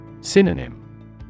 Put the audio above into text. Synonym